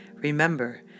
Remember